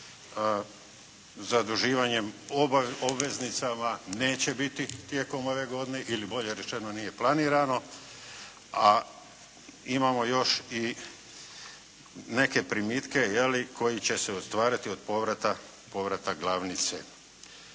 Zaduživanjem obveznicama neće biti tijekom ove godine ili bolje rečeno nije planirano. A imamo još i neke primitke je li koji će se ostvariti od povrata, povrata